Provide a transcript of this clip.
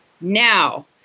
Now